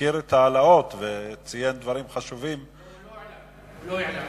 ומכיר את ההעלאות, וציין דברים חשובים, באמת,